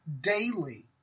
daily